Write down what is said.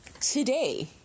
today